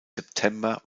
september